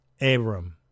Abram